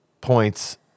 points